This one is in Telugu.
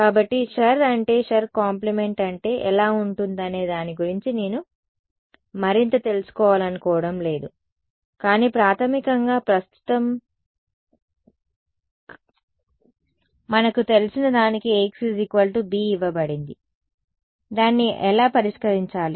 కాబట్టి షుర్ అంటే షుర్ కాంప్లిమెంట్ అంటే ఎలా ఉంటుందనే దాని గురించి నేను మరింత తెలుసుకోవాలనుకోవడం లేదు కానీ ప్రాథమికంగా ప్రస్తుతం కాకుండా ప్రస్తుతం మనకు తెలిసిన దానికి Axb ఇవ్వబడింది దాన్ని ఎలా పరిష్కరించాలి